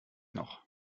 noch